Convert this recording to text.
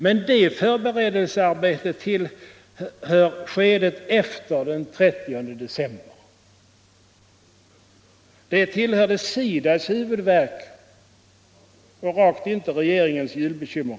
Men det förberedelsearbetet tillhörde skedet efter den 30 december och var SIDA:s huvudvärk och rakt inte regeringens julbekymmer.